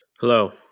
Hello